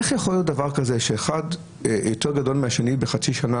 איך יכול להיות דבר כזה שאחד יותר גדול מהשני בחצי שנה,